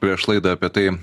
prieš laidą apie tai